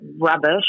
rubbish